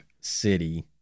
City